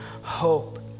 hope